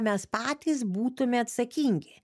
mes patys būtume atsakingi